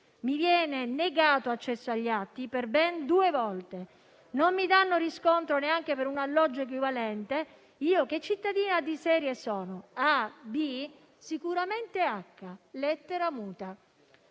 Mi viene negato accesso agli atti per ben due volte; non mi danno riscontro neanche per un alloggio equivalente. Io che cittadina di serie sono? Di serie A o B? Sicuramente di serie H,